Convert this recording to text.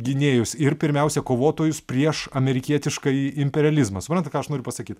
gynėjus ir pirmiausia kovotojus prieš amerikietiškąjį imperializmą suprantat ką aš noriu pasakyt